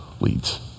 leads